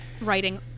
writing